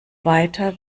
weiter